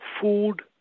food